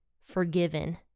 forgiven